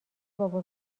بابا